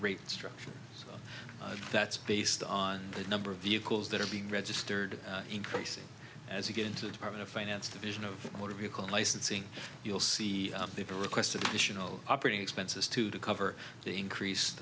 rate structure that's based on the number of vehicles that are being registered increasing as you get into the department of finance division of motor vehicle licensing you'll see they've requested additional operating expenses to cover the increased